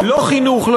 לא חינוך,